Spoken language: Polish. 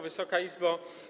Wysoka Izbo!